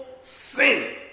sin